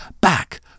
back